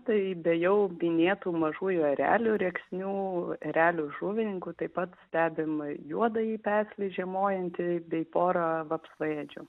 tai be jau minėtų mažųjų erelių rėksnių erelių žuvininkų taip pat stebima juodąjį peslį žiemojantį bei porą vapsvaėdžių